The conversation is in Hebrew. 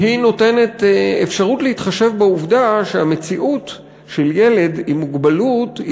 שנותנת אפשרות להתחשב בעובדה שהמציאות של ילד עם מוגבלות היא